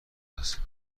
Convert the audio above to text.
است